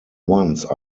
once